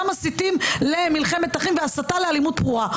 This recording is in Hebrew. גם מסיתים למלחמת אחים והסתה לאלימות פרועה.